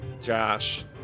Josh